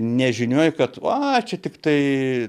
nežinioj kad va čia tiktai